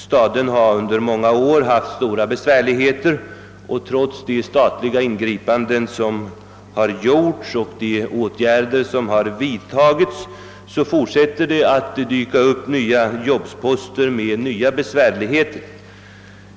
Staden har under många år haft stora besvärligheter, och trots de statliga ingripanden som har gjorts fortsätter det att dyka upp nya jobsposter om ytterligare besvärligheter.